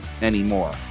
anymore